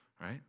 Right